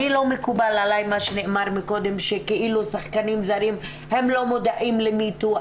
לא מקובל עלי מה שנאמר מקודם שכאילו שחקנים זרים לא מודעים ל-ME TOO,